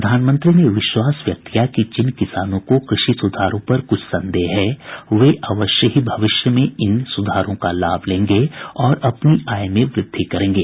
प्रधानमंत्री ने विश्वास व्यक्त किया कि जिन किसानों को कृषि सुधारों पर कुछ संदेह है वे अवश्य ही भविष्य में इन कृषि सुधारों का लाभ भी लेंगे और अपनी आय में वृद्धि करेंगे